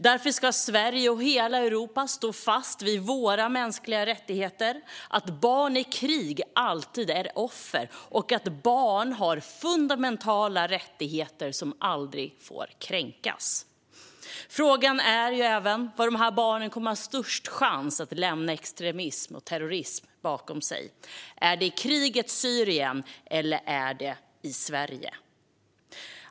Därför ska Sverige och hela Europa stå fast vid våra mänskliga rättigheter, att barn i krig alltid är offer och att barn har fundamentala rättigheter som aldrig får kränkas. Frågan är också var dessa barn kommer att ha störst chans att lämna extremism och terrorism bakom sig - är det i krigets Syrien eller i Sverige?